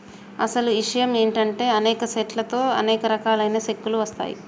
అసలు ఇషయం ఏంటంటే అనేక సెట్ల తో అనేక రకాలైన సెక్కలు వస్తాయి